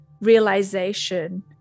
realization